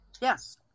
Yes